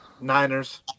Niners